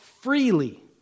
freely